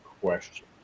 question